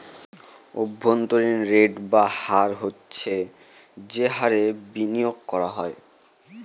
অভ্যন্তরীন রেট বা হার হচ্ছে যে হারে বিনিয়োগ করা হয়